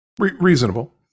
reasonable